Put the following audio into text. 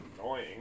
annoying